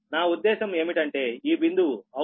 నా ఉద్దేశం ఏమిటంటే ఈ బిందువు అవునా